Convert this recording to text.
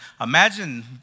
Imagine